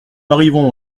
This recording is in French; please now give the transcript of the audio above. arrivons